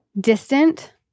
distant